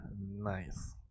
Nice